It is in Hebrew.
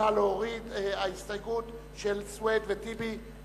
סעיף 7, כהצעת הוועדה, נתקבל.